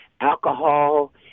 alcohol